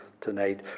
tonight